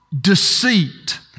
Deceit